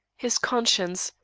his conscience,